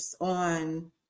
On